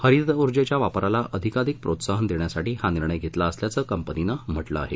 हरित ऊर्जेच्या वापराला अधिकाधिक प्रोत्साहन देण्यासाठी हा निर्णय घेतला असल्याचं कंपनीनं म्हटलं आहे